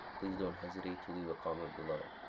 please don't hesitate to leave a comment below.